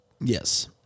yes